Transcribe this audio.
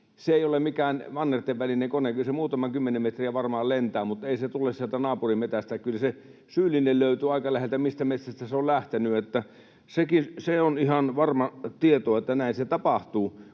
ole mikään mannerten välinen kone. Kyllä se muutaman kymmenen metriä varmaan lentää, mutta ei se tule sieltä naapurimetsästä. Kyllä se syyllinen löytyy aika läheltä, mistä metsästä se on lähtenyt. Se on ihan varmaa tietoa, että näin se tapahtuu.